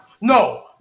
No